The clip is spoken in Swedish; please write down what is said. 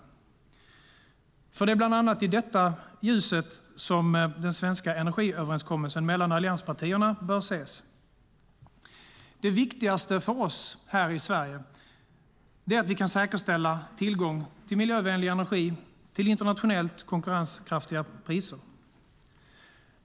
Det är nämligen bland annat i detta ljus som den svenska energiöverenskommelsen mellan allianspartierna bör ses. Det viktigaste för oss här i Sverige är att vi kan säkerställa tillgång till miljövänlig energi till internationellt konkurrenskraftiga priser.